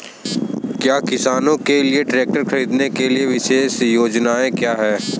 क्या किसानों के लिए ट्रैक्टर खरीदने के लिए विशेष योजनाएं हैं?